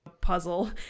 puzzle